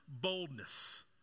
boldness